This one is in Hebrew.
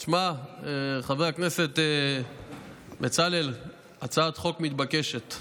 תשמע, חבר הכנסת בצלאל, חד-משמעית,